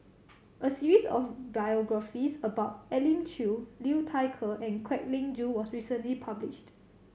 a series of biographies about Elim Chew Liu Thai Ker and Kwek Leng Joo was recently published